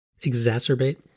exacerbate